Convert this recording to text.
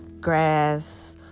grass